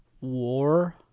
war